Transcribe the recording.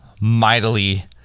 mightily